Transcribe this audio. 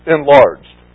Enlarged